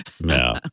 no